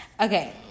Okay